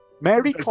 Mary